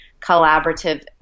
collaborative